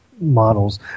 models